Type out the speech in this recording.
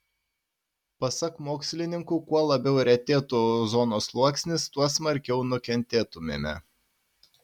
pasak mokslininkų kuo labiau retėtų ozono sluoksnis tuo smarkiau nukentėtumėme